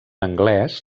anglès